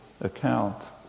account